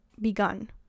begun